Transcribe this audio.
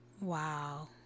Wow